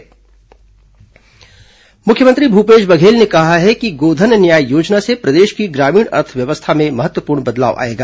CM गोधन न्याय योजना मुख्यमंत्री भूपेश बधेल ने कहा है कि गोधन न्याय योजना से प्रदेश की ग्रामीण अर्थव्यवस्था में महत्वपूर्ण बदलाव आएगा